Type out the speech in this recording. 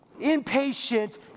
impatient